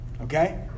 Okay